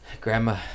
Grandma